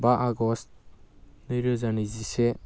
बा आगस्ट नैरोजा नैजिसे